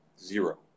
Zero